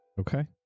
Okay